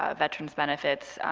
ah veterans' benefits,